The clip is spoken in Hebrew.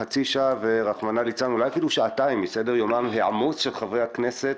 חצי שעה או רחמנא לצלן אפילו שעתיים מסדר יומם העמוס של חברי הכנסת,